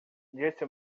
disse